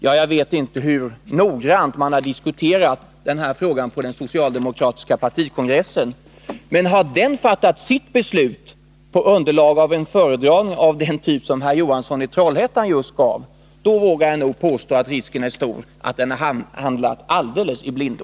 Ja, jag vet inte hur noggrant man har diskuterat den här frågan på den socialdemokratiska partikongressen. Men har kongressen fattat sitt beslut på underlag av en föredragning av den typ som herr Johansson just gav. då vågar jag påstå att risken är stor att den har handlat helt i blindo.